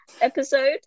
episode